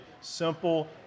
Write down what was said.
simple